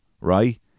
right